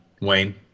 Wayne